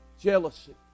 jealousy